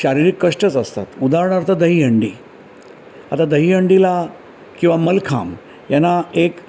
शारीरिक कष्टच असतात उदाहरणार्थ दही हंडी आता दही हंडीला किंवा मलखाम यांना एक